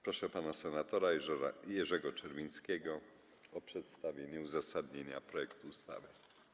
Proszę pana senatora Jerzego Czerwińskiego o przedstawienie uzasadnienia projektu ustawy.